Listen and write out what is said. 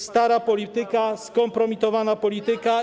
Stara polityka, skompromitowana polityka.